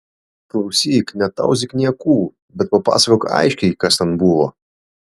klausyk netauzyk niekų bet pasakok aiškiai kas ten buvo